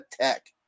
Tech